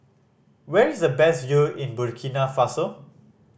where is the best view in Burkina Faso